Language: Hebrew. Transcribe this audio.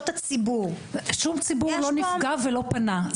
הציבור -- שום ציבור לא נפגע ולא פנה,